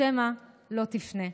שמא לא תפנה".